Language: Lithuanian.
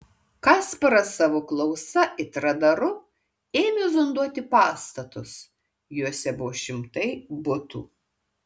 kasparas savo klausa it radaru ėmė zonduoti pastatus juose buvo šimtai butų